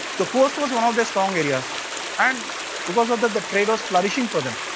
the coast was one of their strong areas and because of that the trade was flouring for them.